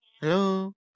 Hello